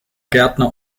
gärtner